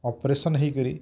operation ହେଇକରି